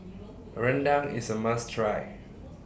A Rendang IS A must Try